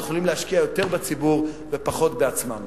שיכולים להשקיע יותר בציבור ופחות בעצמה.